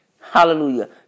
Hallelujah